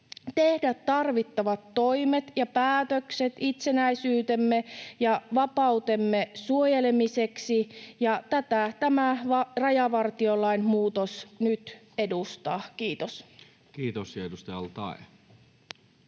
tehdä tarvittavat toimet ja päätökset itsenäisyytemme ja vapautemme suojelemiseksi, ja tätä tämä rajavartiolain muutos nyt edustaa. — Kiitos. [Speech 63]